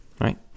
right